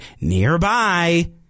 nearby